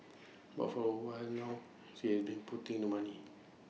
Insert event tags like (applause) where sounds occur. but for A while (noise) now she has been putting the money